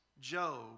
Job